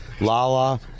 Lala